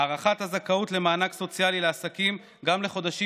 הארכת הזכאות למענק סוציאלי לעסקים גם לחודשים